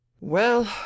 Well